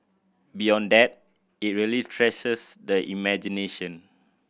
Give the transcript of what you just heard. beyond that it really the imagination